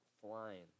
flying